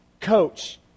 Coach